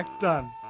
Done